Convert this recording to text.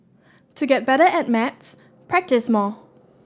to get better at maths practise more